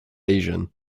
asian